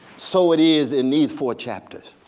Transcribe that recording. so it is in these four chapters.